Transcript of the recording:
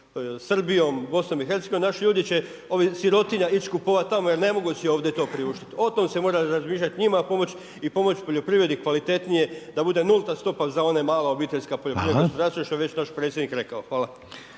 Srbijom, BiH, naši ljudi će ova sirotinja ići kupovat tamo jer ne mogu si ovdje to priuštit. O tome se mora razmišljat. Njima pomoć i pomoć poljoprivredi kvalitetnije da bude nulta stopa za ona mala obiteljska poljoprivredna gospodarstva što je već naš predsjednik rekao. Hvala.